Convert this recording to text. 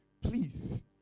Please